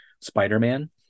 Spider-Man